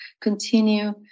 continue